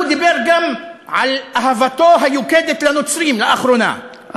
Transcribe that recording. הוא דיבר גם על אהבתו היוקדת לנוצרים לאחרונה,